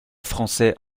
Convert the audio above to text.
français